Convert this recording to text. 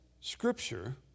Scripture